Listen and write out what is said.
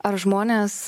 ar žmonės